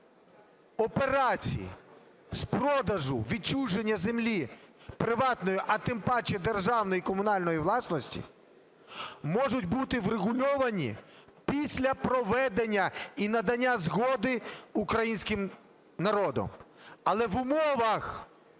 операцій з продажу відчуження землі приватної, а тим паче державної і комунальної власності, можуть бути врегульовані після проведення і надання згоди українським народом. Але в умовах,